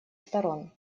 сторон